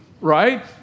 right